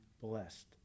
blessed